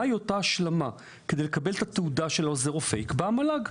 מהי אותה השלמה כדי לקבל את התעודה של עוזר הרופא יקבע המל"ג.